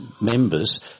members